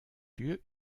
lieu